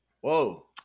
Whoa